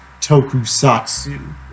tokusatsu